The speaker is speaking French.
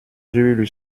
lui